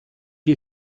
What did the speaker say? you